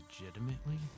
legitimately